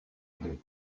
plait